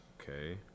okay